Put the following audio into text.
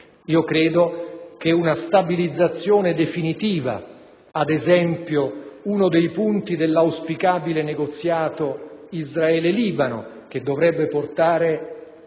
Credo che una stabilizzazione definitiva - ad esempio, all'interno dell'auspicabile negoziato Israele-Libano, che dovrebbe portare